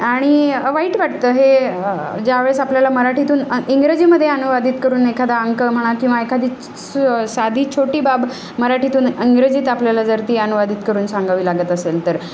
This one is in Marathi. आणि वाईट वाटतं हे ज्यावेळेस आपल्याला मराठीतून इंग्रजीमध्ये अनुवादित करून एखादा अंक म्हणा किंवा एखादी स साधी छोटी बाब मराठीतून अंग्रजीत आपल्याला जर ती अनुवादित करून सांगावी लागत असेल तर